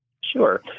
Sure